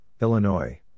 Illinois